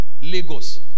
Lagos